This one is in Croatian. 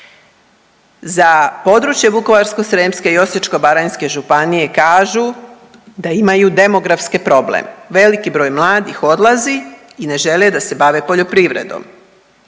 Za područje Vukovarsko-srijemske i Osječko-baranjske županije kažu da imaju demografski problem, veliki broj mladih odlazi i ne žele da se bave poljoprivredom.